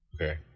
Okay